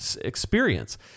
experience